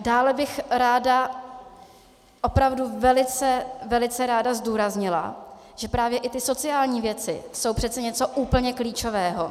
Dále bych ráda, opravdu velice, velice ráda zdůraznila, že právě i ty sociální věci jsou přece něco úplně klíčového.